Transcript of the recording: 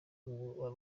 w’uwo